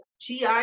GI